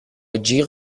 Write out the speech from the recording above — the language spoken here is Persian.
جیغ